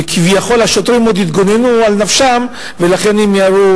וכביכול השוטרים עוד התגוננו על נפשם ולכן הם ירו